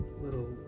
little